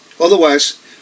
Otherwise